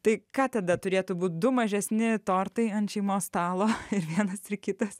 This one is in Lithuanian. tai ką tada turėtų būt du mažesni tortai ant šeimos stalo ir vienas ir kitas